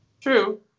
True